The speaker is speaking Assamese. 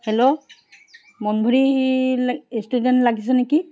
হেল্ল' মনভৰি ৰেষ্টুৰেণ্ট লাগিছে নেকি